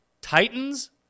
titans